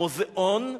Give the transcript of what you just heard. המוזיאון,